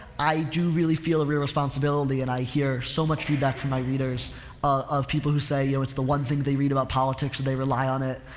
i do really feel a real responsibility and i hear so much feedback from my readers of, of people who say, you know, it's the one thing they read about politics or they rely on it.